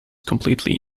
completely